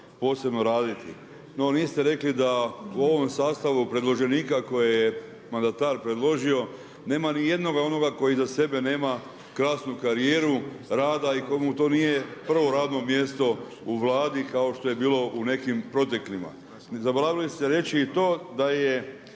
posebno raditi. No niste rekli da u ovom sastavu predloženika koje je mandatar predložio nema nijednoga onoga koji iza sebe nema krasnu karijeru rada i komu to nije prvo radno mjesto u Vladi kao što je bilo u nekim proteklima. Zaboravili ste reći i to da je